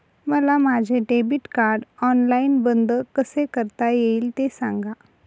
मला माझे debit card online बंद कसे करता येईल, ते सांगा